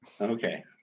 okay